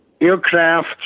aircraft